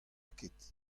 ket